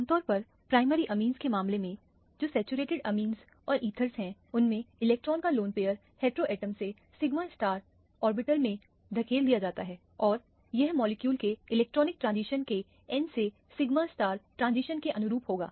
आमतौर पर primary amine के मामले में जो सैचुरेटेड एमाइन या सैचुरेटेड इथर है उनमें इलेक्ट्रॉन का लोन पैयर हेट्रोएटम से सिगमा ऑर्बिटल में धकेल दिया जाता है और यह मॉलिक्यूल के इलेक्ट्रॉनिक ट्रांजिशन के n से सिग्मा ट्रांजिशन के अनुरूप होगा